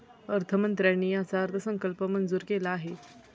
अर्थमंत्र्यांनी याचा अर्थसंकल्प मंजूर केला आहे